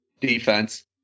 defense